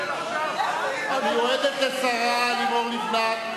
המיועדת לשרה לימור לבנת.